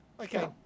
okay